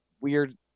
weird